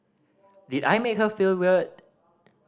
did I make her feel weird